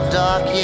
dark